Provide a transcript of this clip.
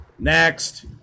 Next